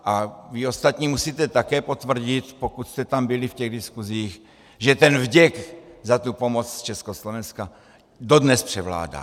A vy ostatní musíte také potvrdit, pokud jste tam byli v těch diskusích, že ten vděk za pomoc Československa dodnes převládá.